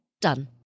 Done